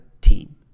team